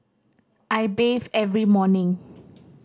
I bathe every morning